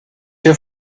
your